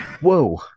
Whoa